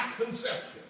conception